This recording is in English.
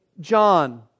John